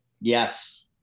Yes